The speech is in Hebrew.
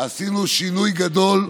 עשינו שינוי גדול,